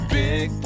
big